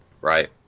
right